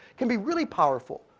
can be really powerful.